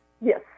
Yes